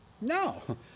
No